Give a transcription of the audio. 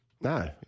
No